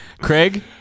Craig